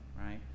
right